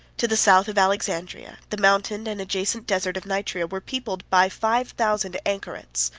to the south of alexandria, the mountain, and adjacent desert, of nitria, were peopled by five thousand anachorets